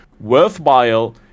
worthwhile